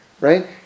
Right